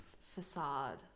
facade